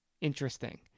interesting